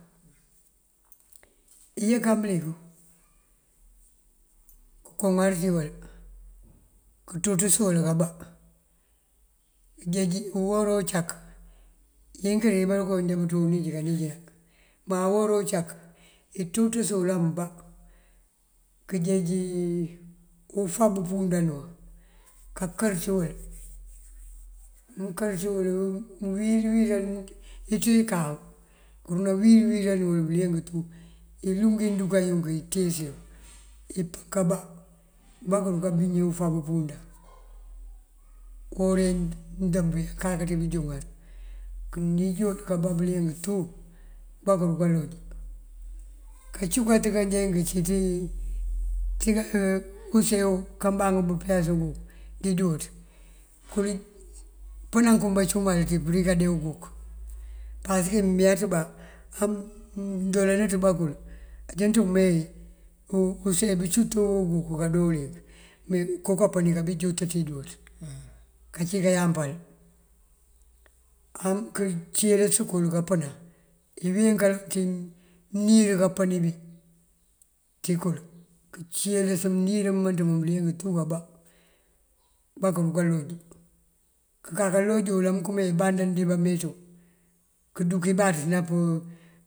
Iyëkan mëlik këkoŋar ţí wul, këţúţës wul kabá këjeej uwora ucak yinkiri diba rukoon já bëţú unij kanijëna. Má uwora ucak iţúţës wul ambá këjeej ufab pundan wuŋ kabër ţí wul. Amënkër wul uwil wilan iţú ikaw këruna wil wilan wul bëliyëng tú iluŋ iduka yuŋ itíis yuŋ ipën kabá bá këruba biñi ufab pundan. Uwora wí ndëmb wí akak ţí bënjúŋar kënij wul kabá bëliyëng tú bá këruka loj. Kacukaţ kandeenk këciţí ţíka use kambaŋ pëpës uguk didúuţ kul pënan kuŋ bacumal ţí përika dee uguk. Pasëkiŋ mëmeeţ bá amëndoolan nëţ bakul ajëntu me use bëcuţ uguk kadoolink me kokapëni kabí juţ ţí dúuţ kací kayampal. Këcílës kul kapënan iwín kaloŋ kí mënir kapëni bá ţí kul këcilës mënir mënţ muŋ bëliyëng tú kabá bakëduka loj. Këkaka loj wul amënkëma iband diba meţú këduk ibaţ napúu.